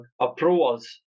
approvals